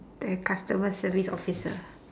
the customer service officer